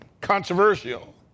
Controversial